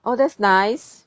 oh that's nice